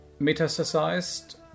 metastasized